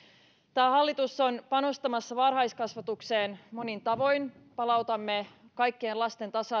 tämä hallitus on panostamassa varhaiskasvatukseen monin tavoin palautamme kaikkien lasten tasa